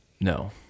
No